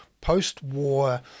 post-war